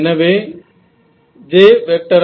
எனவே Jxyz